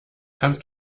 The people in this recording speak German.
kannst